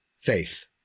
faith